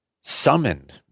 summoned